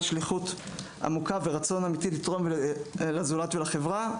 שליחות עמוקה ורצון אמיתי לתרום לזולת ולחברה,